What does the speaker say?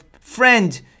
friend